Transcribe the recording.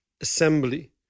Assembly